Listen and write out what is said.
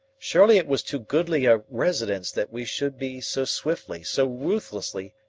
surely it was too goodly a residence that we should be so swiftly, so ruthlessly,